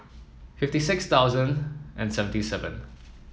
fifty six thousand and seventy seven